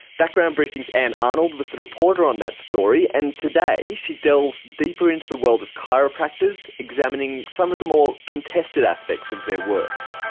background briefing's ann arnold was the reporter on that story, and today she delves deeper into the world of chiropractors, examining some of the more contested aspects of their work.